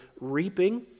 reaping